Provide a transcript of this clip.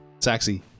Saxy